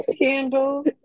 candles